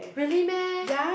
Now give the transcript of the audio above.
really meh